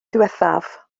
ddiwethaf